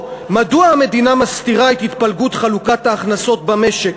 או מדוע המדינה מסתירה את התפלגות חלוקת ההכנסות במשק,